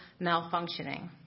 malfunctioning